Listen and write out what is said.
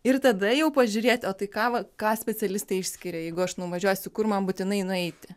ir tada jau pažiūrėt o tai ką va ką specialistai išskiria jeigu aš nuvažiuosiu kur man būtinai nueiti